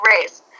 race